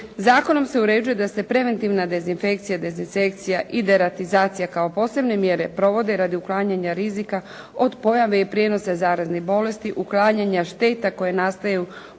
Zakonom se uređuje da se preventivna dezinfekcija, dezinsekcija i deratizacija kao posebne mjere provode radi uklanjanja rizika od pojave i prijenosa zaraznih bolesti, uklanjanja šteta koje nastaju uništavanjem